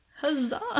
Huzzah